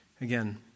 Again